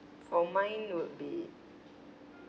for mine would be